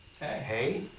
hey